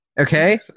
Okay